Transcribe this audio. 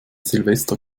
silvester